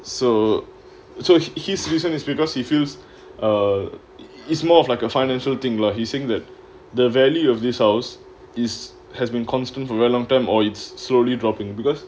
so so he he's reason is because he feels a it's more of like a financial thing lah he saying that the value of this house is has been constant for very long time or it's slowly dropping because